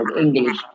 English